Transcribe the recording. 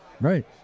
Right